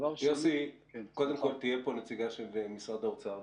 תהיה פה נציגה של משרד האוצר.